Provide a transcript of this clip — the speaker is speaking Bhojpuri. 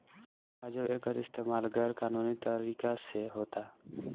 आजो एकर इस्तमाल गैर कानूनी तरीका से होता